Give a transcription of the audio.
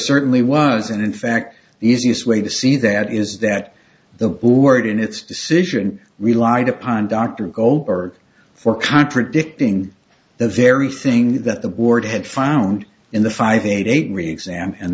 certainly was and in fact the easiest way to see that is that the word in its decision relied upon dr goldberg for contradicting the very thing that the board had found in the five eight really exam and